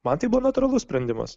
man tai buvo natūralus sprendimas